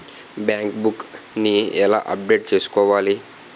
Bank book నీ ఎలా update చేసుకోవాలి?